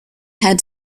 had